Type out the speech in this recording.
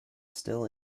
still